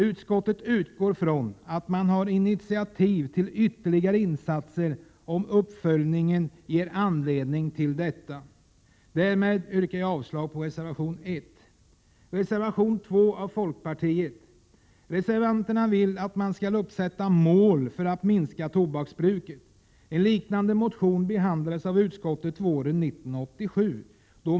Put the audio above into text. Utskottet utgår ifrån att man tar initiativ till ytterligare insatser om uppföljningen ger anledning till detta. Därmed yrkar jag avslag på reservation 1. Reservation 2 har skrivits av folkpartiet. Reservanterna vill att man skall uppsätta mål för att minska tobaksbruket. En liknande motion behandlades av utskottet våren 1987.